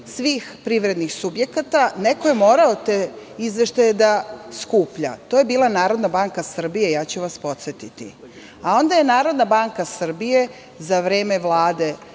svih privrednih subjekata, neko je morao te izveštaje da skuplja. To je bila Narodna banka Srbije. Onda je Narodna banka Srbije za vreme Vlade